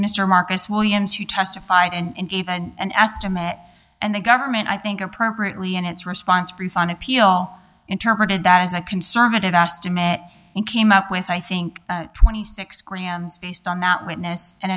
mr marcus williams who testified and gave and estimate and the government i think appropriately in its response brief on appeal interpreted that as a conservative estimate and came up with i think twenty six grams based on that witness and